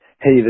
Hey